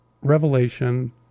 revelation